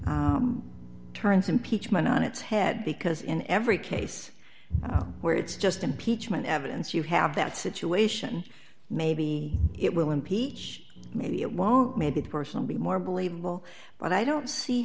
turns impeachment on its head because in every case where it's just impeachment evidence you have that situation maybe it will impeach maybe it won't maybe the person be more believable but i don't see